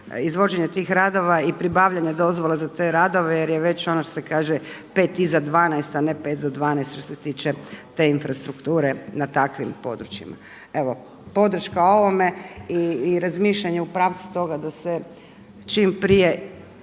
izvođenje tih radova i pribavljanja dozvola za te radove jer je već ono što se kaže 5 iza 12 a ne 5 do 12 što se tiče te infrastrukture na takvim područjima. Evo, podrška ovome i razmišljanje u pravcu toga da se čim prije